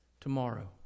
tomorrow